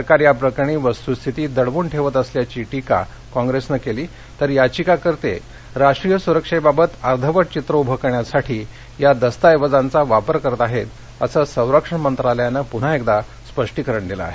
सरकार याप्रकरणी वस्तूस्थिती दडवून ठेवत असल्याची टिका काँग्रेसनं केली तर याचिकाकर्ते राष्ट्रीय सुरक्षेबाबत अर्धवट चित्र उभं करण्यासाठी या दस्तऐवजांचा वापर करत आहे असं संरक्षण मंत्रालयानं पुन्हा एकदा स्पष्टीकरण दिलं आहे